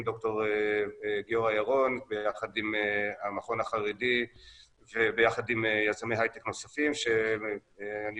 ד"ר גיורא ירון ביחד עם המכון החרדי וביחד עם יזמי הייטק נוספים שאני